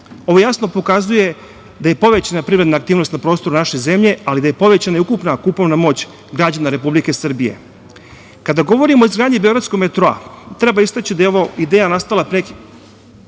Ovo jasno pokazuje da je povećana privredna aktivnost na prostoru naše zemlje, ali da je povećana i ukupna kupovna moć građana Republike Srbije. Kada govorim o izgradnji „Beogradskog metroa“ treba istaći da je ova ideja nastala pedesetih